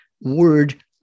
word